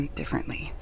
differently